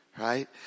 Right